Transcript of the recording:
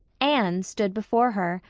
anne stood before her,